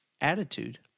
attitude